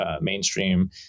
mainstream